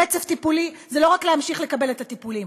רצף טיפולי זה לא רק להמשיך לקבל את הטיפולים,